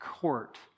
court